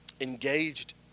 engaged